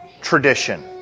tradition